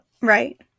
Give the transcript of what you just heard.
Right